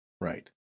Right